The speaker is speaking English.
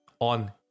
on